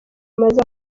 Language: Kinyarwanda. amaze